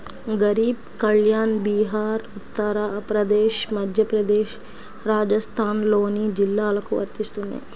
గరీబ్ కళ్యాణ్ బీహార్, ఉత్తరప్రదేశ్, మధ్యప్రదేశ్, రాజస్థాన్లోని జిల్లాలకు వర్తిస్తుంది